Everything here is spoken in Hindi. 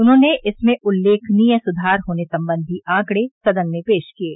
उन्होंने इसमें उल्लेखनीय सुधार होने संबंधी आंकड़े सदन में पेश किये